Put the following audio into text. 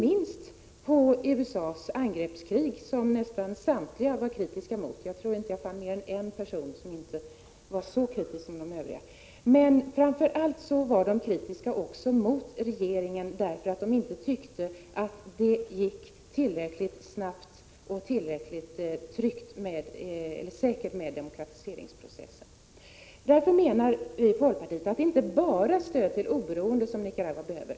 USA:s angreppskrig var nästan samtliga kritiska emot. Jag tror inte att jag fann mer än en person som inte var så kritisk som de övriga. Mot regeringen var företrädarna för oppositionen kritiska framför allt därför att de tyckte att det inte gick tillräckligt snabbt och tillräckligt säkert med demokratiseringsprocessen. Därför menar vi i folkpartiet att det inte bara är stöd till oberoende som Nicaragua behöver.